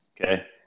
Okay